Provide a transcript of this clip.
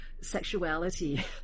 sexuality